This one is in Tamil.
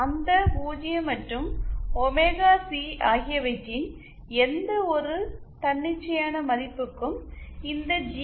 அந்த 0 மற்றும் ஒமேகா சி ஆகியவற்றின் எந்தவொரு தன்னிச்சையான மதிப்புக்கும் இந்த ஜி